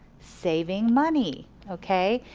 saving money, okay.